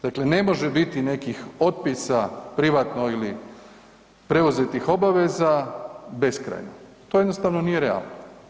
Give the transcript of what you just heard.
Dakle, ne može biti nekih otpisa privatno ili preuzetih obveza beskrajno, to jednostavno nije realno.